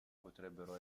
potrebbero